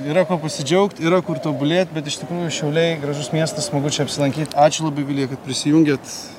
yra kuo pasidžiaugt yra kur tobulėt bet iš tikrųjų šiauliai gražus miestas smagu čia apsilankyt ačiū labai vilija kad prisijungėt